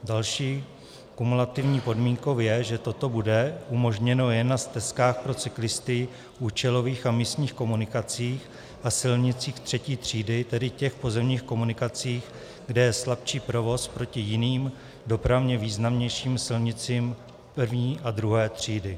Další kumulativní podmínkou je, že toto bude umožněno jen na stezkách pro cyklisty, účelových a místních komunikacích a silnicích třetí třídy, tedy těch pozemních komunikacích, kde je slabší provoz proti jiným dopravně významnějším silnicím první a druhé třídy.